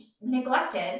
neglected